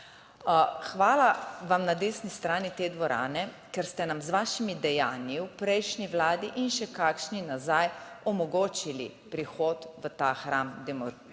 Hvala vam na desni strani te dvorane, ker ste nam z vašimi dejanji v prejšnji vladi in še kakšni nazaj omogočili prihod v ta hram